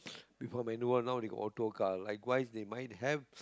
before manual now they got automatic car likewise they might have